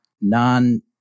non